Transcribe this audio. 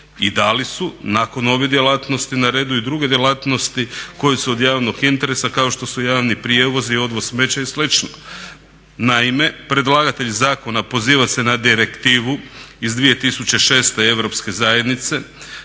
i da li su nakon ove djelatnosti na redu i druge djelatnosti koje su od javnog interesa kao što su javni prijevoz, odvoz smeća i slično? Naime, predlagatelj zakona poziva se na direktivu iz 2006. Europske zajednice